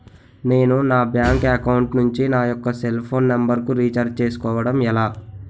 నేను నా bank account నుంచి నా యెక్క సెల్ ఫోన్ నంబర్ కు రీఛార్జ్ చేసుకోవడం ఎలా?